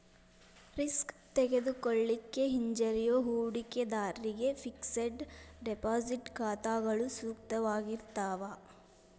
risk ತೆಗೆದುಕೊಳ್ಳಿಕ್ಕೆ ಹಿಂಜರಿಯೋ ಹೂಡಿಕಿದಾರ್ರಿಗೆ ಫಿಕ್ಸೆಡ್ ಡೆಪಾಸಿಟ್ ಖಾತಾಗಳು ಸೂಕ್ತವಾಗಿರ್ತಾವ